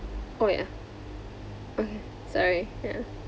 oh ya okay sorry ya